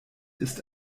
ist